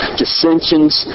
dissensions